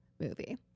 movie